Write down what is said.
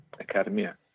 Academia